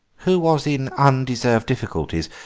who was in undeserved difficulties,